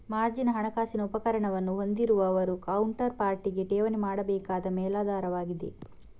margin ಹಣಕಾಸಿನ ಉಪಕರಣವನ್ನು ಹೊಂದಿರುವವರು ಕೌಂಟರ್ ಪಾರ್ಟಿಗೆ ಠೇವಣಿ ಮಾಡಬೇಕಾದ ಮೇಲಾಧಾರವಾಗಿದೆ